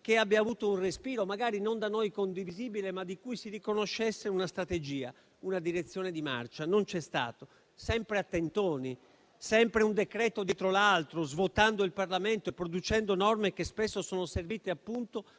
che abbia avuto un respiro magari non da noi condivisibile, ma di cui si riconoscesse una strategia, una direzione di marcia. Non c'è stato: sempre a tentoni, sempre un decreto dietro l'altro, svuotando il Parlamento e producendo norme che spesso sono servite